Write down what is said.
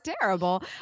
terrible